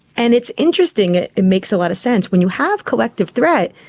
and it's interesting, it it makes a lot of sense, when you have collective threat,